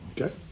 Okay